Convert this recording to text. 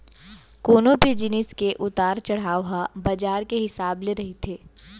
कोनो भी जिनिस के उतार चड़हाव ह बजार के हिसाब ले रहिथे